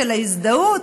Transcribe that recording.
של ההזדהות.